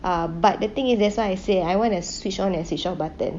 um but the thing is that's why I say I want a switch on and switch off button